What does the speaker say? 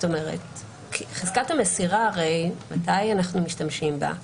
החזקת המסירה, מתי אנחנו משתמשים בה?